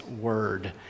word